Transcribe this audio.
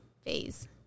phase